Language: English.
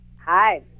Hi